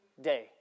day